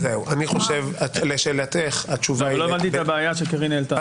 לא הבנתי את הבעיה שקארין העלתה.